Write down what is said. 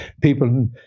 people